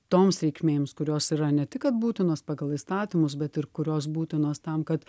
toms reikmėms kurios yra ne tik kad būtinos pagal įstatymus bet ir kurios būtinos tam kad